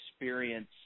experience